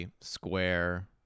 Square